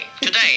Today